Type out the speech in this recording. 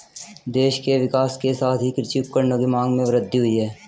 देश के विकास के साथ ही कृषि उपकरणों की मांग में वृद्धि हुयी है